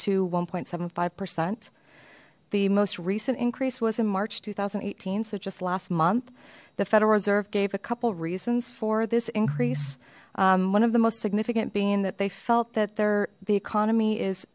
one seventy five percent the most recent increase was in march two thousand and eighteen so just last month the federal reserve gave a couple reasons for this increase one of the most significant being that they felt that there the economy is